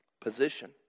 Position